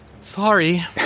Sorry